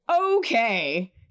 Okay